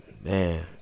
man